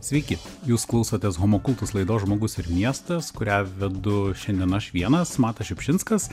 sveiki jūs klausotės homo kultus laidos žmogus ir miestas kurią vedu šiandien aš vienas matas šiupšinskas